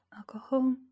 Alcohol